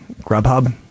GrubHub